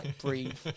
breathe